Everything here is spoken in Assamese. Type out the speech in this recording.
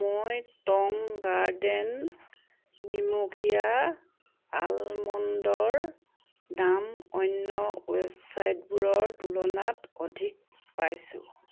মই টং গাৰ্ডেন নিমখীয়া আলমণ্ডৰ দাম অন্য ৱেবচাইটবোৰৰ তুলনাত অধিক পাইছোঁ